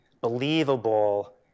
believable